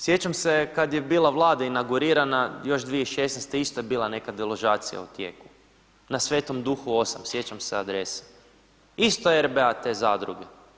Sjećam se kad je bila vlada inaugurirana još 2016. isto je bila neka deložacija u tijeku na Svetom duhu 8, sjećam se adrese isto RBA te zadruge.